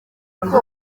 umuntu